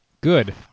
good